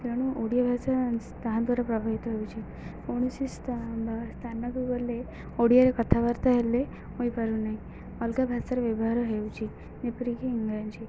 ତେଣୁ ଓଡ଼ିଆ ଭାଷା ତାହାଦ୍ୱାରା ପ୍ରଭାବିତ ହେଉଛି କୌଣସି ସ୍ଥା ବା ସ୍ଥାନକୁ ଗଲେ ଓଡ଼ିଆରେ କଥାବାର୍ତ୍ତା ହେଲେ ହୋଇପାରୁ ନାହିଁ ଅଲଗା ଭାଷାର ବ୍ୟବହାର ହେଉଛିି ଯେପରିକି ଇଂରାଜୀ